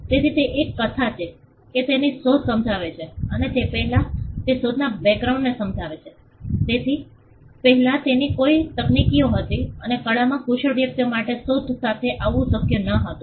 તેથી તે એક કથા છે કે તે તેની શોધ સમજાવે છે અને તે પહેલાં તે શોધના બેક્ગ્રાઉન્ડને સમજાવે છે તેની પહેલાં કઇ તકનીકીઓ હતી અને કળામાં કુશળ વ્યક્તિ માટે આ શોધ સાથે આવવાનું શક્ય ન હતું